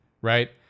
right